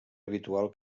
habitual